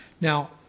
Now